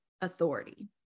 authority